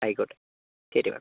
ആയിക്കോട്ടെ ശരി മാഡം